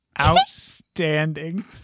Outstanding